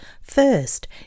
First